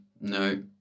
No